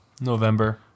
November